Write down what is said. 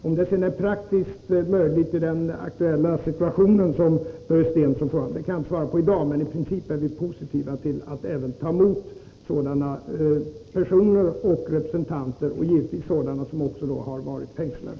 Om det i det aktuella fall som Börje Stensson nämnde är praktiskt möjligt att göra det kan jag inte svara på i dag, men i princip är vi positiva till att ta emot skilda representanter för ett land, givetvis också personer som har varit fängslade.